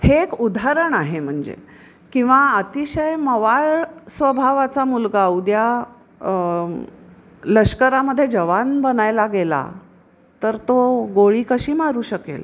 हे एक उदाहरण आहे म्हणजे किंवा अतिशय मवाळ स्वभावाचा मुलगा उद्या लष्करामध्ये जवान बनायला गेला तर तो गोळी कशी मारू शकेल